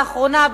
לאחרונה,